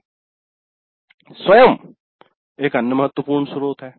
"स्वयं" एक अन्य महत्वपूर्ण स्रोत है